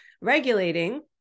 regulating